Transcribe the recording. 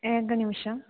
एकं निमिषम्